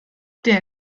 der